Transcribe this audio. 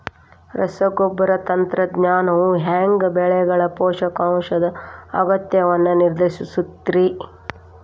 ರಸಗೊಬ್ಬರ ತಂತ್ರಜ್ಞಾನವು ಹ್ಯಾಂಗ ಬೆಳೆಗಳ ಪೋಷಕಾಂಶದ ಅಗತ್ಯಗಳನ್ನ ನಿರ್ಧರಿಸುತೈತ್ರಿ?